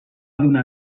donar